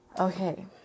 Okay